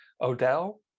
Odell